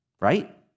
right